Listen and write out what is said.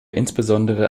insbesondere